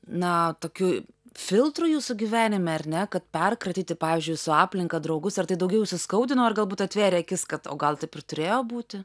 na tokiu filtru jūsų gyvenime ar ne kad perkratyti pavyzdžiui jūsų aplinka draugus ar tai daugiau jus įskaudino ar galbūt atvėrė akis kad o gal taip ir turėjo būti